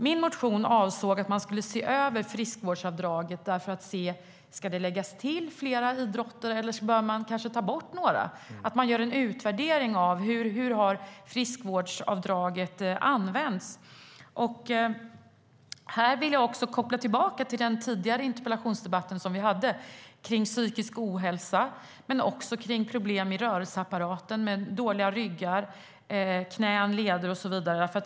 Min motion avsåg att man skulle se över friskvårdsavdraget för att se om det skulle läggas till fler idrotter eller om man skulle ta bort några och att det skulle göras en utvärdering av hur friskvårdsavdraget har använts. Här vill jag återkoppla till den tidigare interpellationsdebatten om psykisk ohälsa, men också om problem i rörelseapparaten med dåliga ryggar, knän, leder och så vidare.